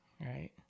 Right